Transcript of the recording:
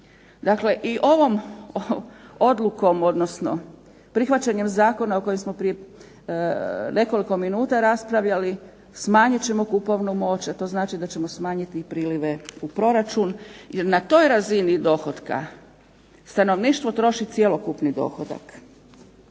Dakle, i ovom odlukom odnosno prihvaćanjem zakona o kojem smo prije nekoliko minuta raspravljali smanjit ćemo kupovnu moć, a to znači da ćemo smanjiti i prilive u proračun jer na toj razini dohotka stanovništvo troši cjelokupni dohodak.